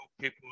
people